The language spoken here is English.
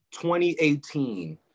2018